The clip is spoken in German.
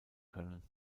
können